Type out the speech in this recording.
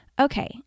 okay